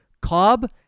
Cobb